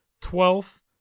twelfth